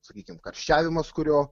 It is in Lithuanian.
sakykim karščiavimas kurio